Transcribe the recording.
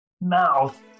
mouth